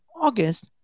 August